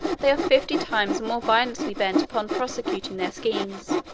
they are fifty times more violently bent upon prosecuting their schemes,